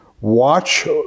Watch